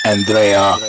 Andrea